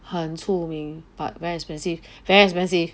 很出名 but very expensive very expensive